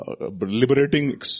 liberating